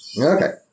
Okay